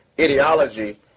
ideology